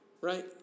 right